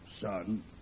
son